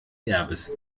erbes